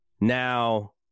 Now